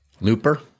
Looper